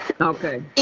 Okay